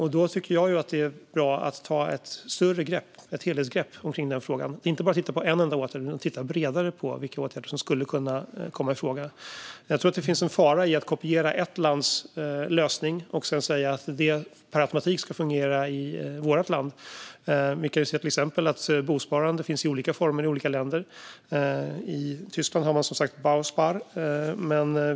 Jag tycker att det är bra att ta ett större grepp - ett helhetsgrepp - i denna fråga och inte bara titta på en enda åtgärd utan titta bredare på vilka åtgärder som skulle kunna komma i fråga. Jag tror att det finns en fara i att kopiera ett lands lösning och sedan säga att den per automatik ska fungera i vårt land. Vi kan till exempel se att bosparande finns i olika former i olika länder. I Tyskland har man som sagt Bauspar.